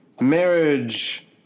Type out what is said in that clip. Marriage